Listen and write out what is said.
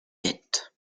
tête